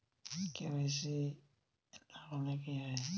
KYC না করলে কি হয়?